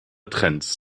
trends